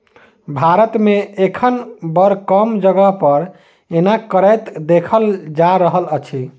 भारत मे एखन बड़ कम जगह पर एना करैत देखल जा रहल अछि